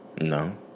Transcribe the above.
No